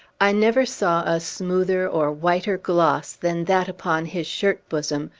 i never saw a smoother or whiter gloss than that upon his shirt-bosom,